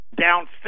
down